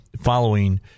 following